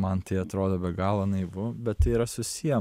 man tai atrodo be galo naivu bet tai yra susiję